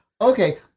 okay